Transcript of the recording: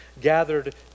gathered